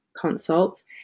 consults